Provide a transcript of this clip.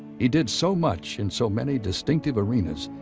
he did so much in so many distinctive arenas,